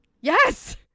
Yes